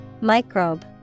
Microbe